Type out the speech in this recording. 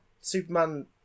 Superman